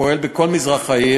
הפועל בכל מזרח העיר,